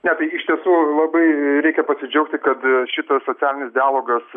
ne tai iš tiesų labai reikia pasidžiaugti kad šitas socialinis dialogas